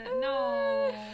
No